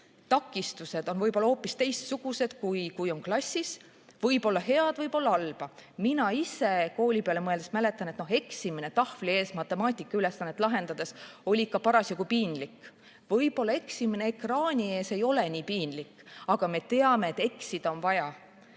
takistused võib-olla hoopis teistsugused, kui on klassis. Siin võib olla head, võib olla halba. Mina ise kooli peale mõeldes mäletan, et eksimine tahvli ees matemaatikaülesannet lahendades oli ikka parasjagu piinlik. Võib-olla eksimine ekraani ees ei ole nii piinlik, aga me teame, et eksida on vaja.